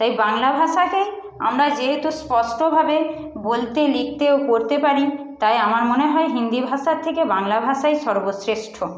তাই বাংলা ভাষাতেই আমরা যেহেতু স্পষ্টভাবে বলতে লিখতে ও পড়তে পারি তাই আমার মনে হয় হিন্দি ভাষার থেকে বাংলা ভাষাই সর্বশ্রেষ্ঠ